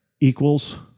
equals